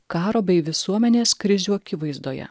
karo bei visuomenės krizių akivaizdoje